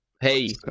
hey